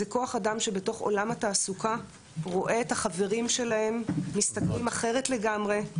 זה כוח אדם שרואה בתוך עולם התעסוקה את החברים שלו משתכרים אחרת לגמרי,